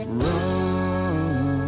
run